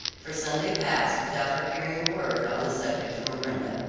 for sunday passed without her hearing a word on the subject from brenda.